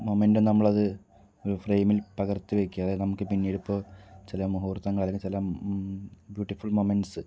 മൊമൻറ്റും നമ്മളത് ഒര് ഫ്രെയിമിൽ പകർത്തി വയ്ക്കുക അതായത് നമുക്ക് പിന്നീട് ഇപ്പോൾ ചില മുഹൂർത്തങ്ങൾ അതായത് ചില ബ്യൂട്ടിഫുൾ മൊമൻറ്റ്സ്